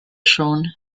schon